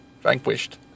vanquished